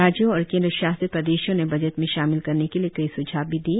राज्यों और केन्द्र शासित प्रदेशों ने बजट में शामिल करने के लिए कई स्झाव भी दिए